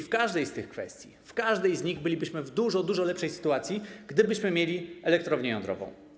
W każdej z tych kwestii, w każdej z nich bylibyśmy w dużo, dużo lepszej sytuacji, gdybyśmy mieli elektrownię jądrową.